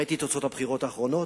ראיתי את תוצאות הבחירות האחרונות,